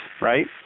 right